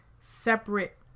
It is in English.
separate